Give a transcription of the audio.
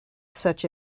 such